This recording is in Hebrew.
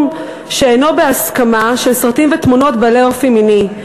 שאינו בהסכמה של סרטים ותמונות בעלי אופי מיני.